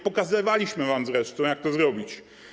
Pokazywaliśmy wam zresztą, jak to zrobić.